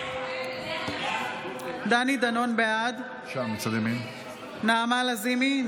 בעד נעמה לזימי,